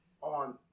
on